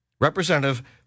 representative